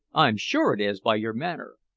i'm sure it is, by your manner.